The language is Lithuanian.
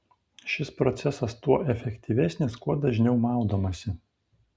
šis procesas tuo efektyvesnis kuo dažniau maudomasi